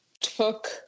took